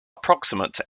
approximate